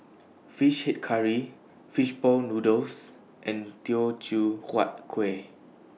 Fish Head Curry Fish Ball Noodles and Teochew Huat Kueh